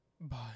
bye